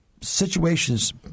situations